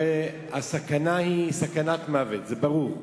הרי הסכנה היא סכנת מוות, זה ברור.